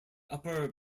upper